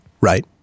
right